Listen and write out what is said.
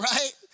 Right